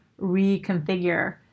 reconfigure